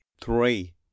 three